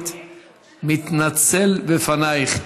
מתנצל בפניך.